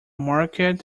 market